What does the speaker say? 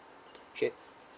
okay